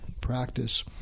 practice